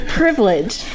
privilege